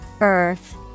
Earth